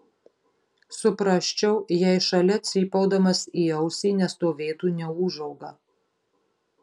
suprasčiau jei šalia cypaudamas į ausį nestovėtų neūžauga